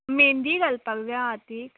मेंदी घालपाक जाय हातीक